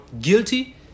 guilty